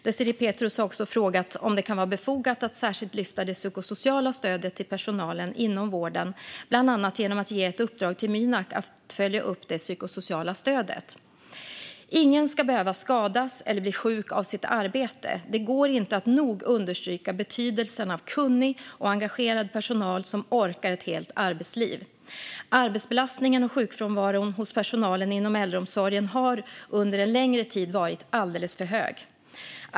Désirée Pethrus har också frågat om det kan vara befogat att särskilt lyfta det psykosociala stödet till personalen inom vården, bland annat genom att ge ett uppdrag till Mynak att följa upp det psykosociala stödet. Ingen ska behöva skadas eller bli sjuk av sitt arbete. Det går inte att nog understryka betydelsen av kunnig och engagerad personal som orkar ett helt arbetsliv. Arbetsbelastningen och sjukfrånvaron hos personalen inom äldreomsorgen har under en längre tid varit alldeles för hög.